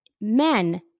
men